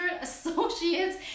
associates